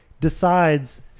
decides